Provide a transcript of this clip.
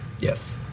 Yes